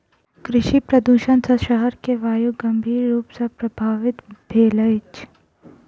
कृषि प्रदुषण सॅ शहर के वायु गंभीर रूप सॅ प्रभवित भेल अछि